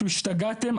כאילו - השתגעתם?